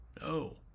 No